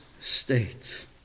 state